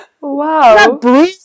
wow